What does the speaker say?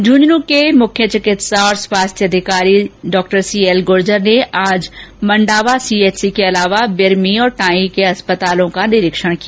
झुंझुनूं के मुख्य चिकित्सा और स्वास्थ्य अधिकारी सीएल गुर्जर ने आज मंडावा सीएचसी के अलावा बिरमी और टाई के अस्पतालो का निरीक्षण किया